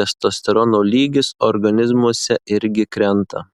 testosterono lygis organizmuose irgi krenta